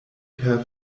per